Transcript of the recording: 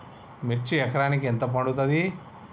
మిర్చి ఎకరానికి ఎంత పండుతది?